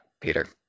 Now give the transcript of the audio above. Peter